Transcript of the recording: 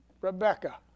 Rebecca